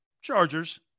Chargers